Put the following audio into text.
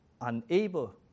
unable